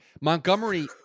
Montgomery